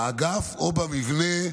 אבל באגף או במבנה שבו,